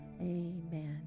Amen